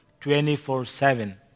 24-7